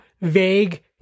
vague